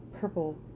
purple